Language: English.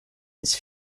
his